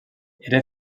era